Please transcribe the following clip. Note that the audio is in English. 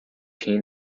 teen